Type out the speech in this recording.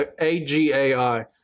A-G-A-I